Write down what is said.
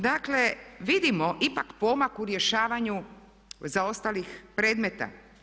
Dakle, vidimo ipak pomak u rješavanju zaostalih predmeta.